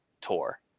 tour